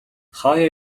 хааяа